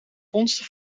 gonsde